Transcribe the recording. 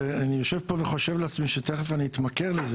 אני יושב פה וחושב לעצמי שתכף אני אתמכר לזה